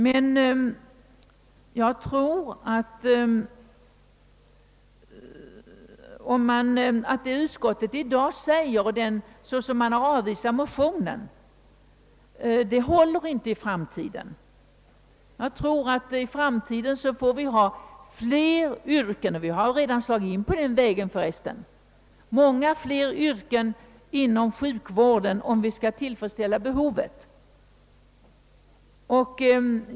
Men jag tror att de skäl som utskottet i dag anför när man avvisar motionen inte håller i framtiden. Jag tror att vi i framtiden får lov att räkna med fler yrken — vi har redan slagit in på den vägen — inom sjukvården, om vi skall kunna tillfredsställa behovet.